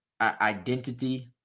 identity –